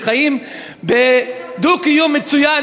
שחיים בדו-קיום מצוין,